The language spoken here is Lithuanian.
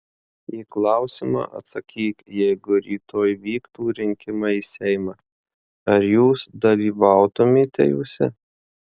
į klausimą atsakyk jeigu rytoj vyktų rinkimai į seimą ar jūs dalyvautumėte juose